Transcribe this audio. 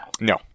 No